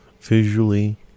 visually